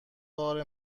بار